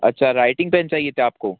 अच्छा writing pen चाहिए थी आपको